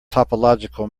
topological